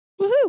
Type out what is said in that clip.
Woohoo